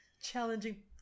challenging